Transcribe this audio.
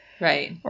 Right